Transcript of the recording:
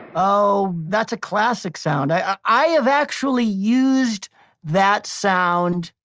oh, that's a classic sound. i i have actually used that sound.